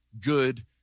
good